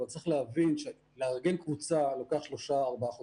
אבל צריך להבין שלארגן קבוצה לוקח שלושה-ארבעה חודשים.